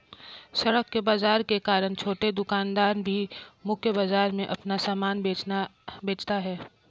सड़क के बाजार के कारण छोटे दुकानदार भी मुख्य बाजार में अपना सामान बेचता है